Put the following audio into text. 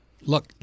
Look